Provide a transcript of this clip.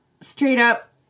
straight-up